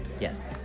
Yes